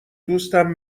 دوستم